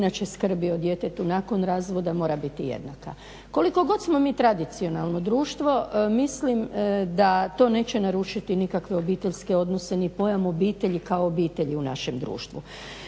inače skrbi o djetetu nakon razvoda mora biti jednaka. Koliko god smo mi tradicionalno društvo mislim da to neće narušiti nikakve obiteljske odnose ni pojam obitelji kao obitelji u našem društvu.